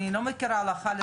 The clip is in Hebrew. אני לא מכירה הלכה לחו"ל והלכה